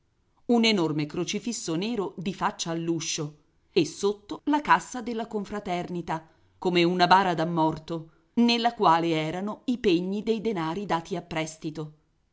enorme crocifisso nero di faccia all'uscio e sotto la cassa della confraternita come una bara da morto nella quale erano i pegni dei denari dati a prestito